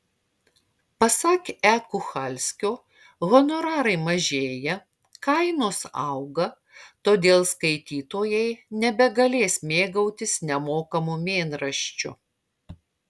pasak e kuchalskio honorarai mažėja kainos auga todėl skaitytojai nebegalės mėgautis nemokamu mėnraščiu